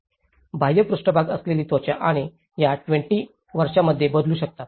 बाह्य पृष्ठभाग असलेली त्वचा आणि या 20 वर्षांमध्ये बदलू शकतात